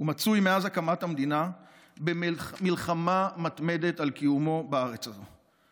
ומצוי מאז הקמת המדינה במלחמה מתמדת על קיומו בארץ הזו.